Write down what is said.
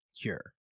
cure